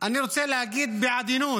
אני רוצה להגיד בעדינות,